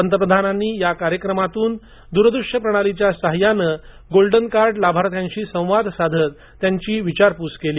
पंतप्रधानांनी या कार्यक्रमातून दूरदृश्य प्रणालीच्या सहाय्याने गोल्डन कार्ड लाभार्थ्यांशी संवाद साधत त्यांची विचारपूस केली